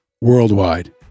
worldwide